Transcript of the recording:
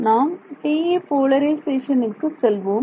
நாம் TE போலரிசேஷனுக்கு செல்வோம்